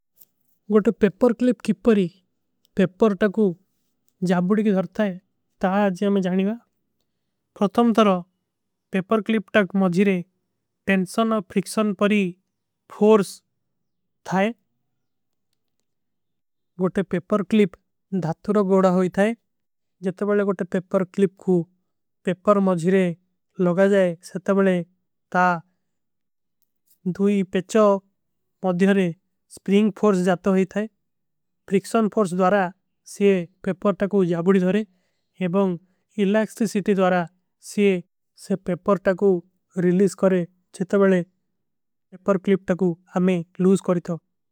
ଗୋଟେ paper clip କୀ ପରୀ ପେପର ଟାକୋ ଜାବୁଡୀ କୀ ଧରତା ହୈ। ତା ଆଜ ହମେଂ ଜାନୀଗା ପରତମ ତରଵ ପେପର କ୍ଲିପ ଟାକ ମଜିରେ। ଟେଂଶନ ଔର ଫ୍ରିକ୍ଷନ ପରୀ ଫୋର୍ସ ଥାଈ ଗୋଟେ ପେପର କ୍ଲିପ ଧାତରୋ। ଗୋଡା ହୋଈ ଥାଈ ଜଟବଲେ ଗୋଟେ ପେପର କ୍ଲିପ କୁଛ ପେପର ମଜିରେ। ଲଗା ଜାଏ ସେ ତବଲେ ତା ଦୂଈ ପେଚୋ ମଧିରେ ସ୍ପ୍ରିଂଗ ଫୋର୍ସ ଜାତା ହୈ। ଥାଈ ଫ୍ରିକ୍ଷନ ପରୀ ଫୋର୍ସ ଦ୍ଵାରା ସେ ପେପର ଟାକୋ ଜାବଡୀ ଦ୍ଵାରେ ଏବଂ। ଇଲ୍ଲାକ୍ସ୍ତି ସିଥୀ ଦ୍ଵାରା ସେ ପେପର ଟାକୋ ରିଲିସ କରେ ଜଟବଲେ। ପେପର କ୍ଲିପ ଟାକୋ ଅମେ ଲୂଜ କରିତୋ।